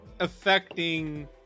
affecting